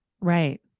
Right